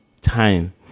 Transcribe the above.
time